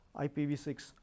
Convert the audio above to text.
IPv6